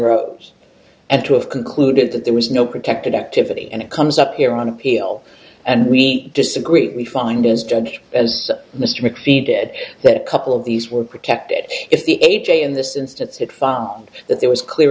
rose and to have concluded that there was no protected activity and it comes up here on appeal and we disagree we find as judge as mr mcfee did that a couple of these were protected if the a j in this instance had found that there was clear